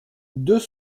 deux